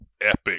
epic